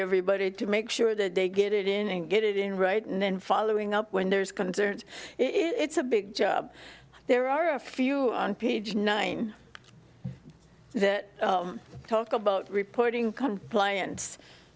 everybody to make sure that they get it in and get it in right and then following up when there's concerns it's a big job there are a few on page nine that talk about reporting compliance